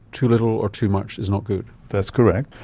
too little or too much is not good. that's correct.